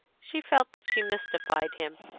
she felt that she mystified him,